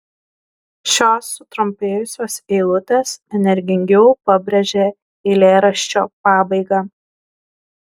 šios sutrumpėjusios eilutės energingiau pabrėžia eilėraščio pabaigą